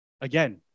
Again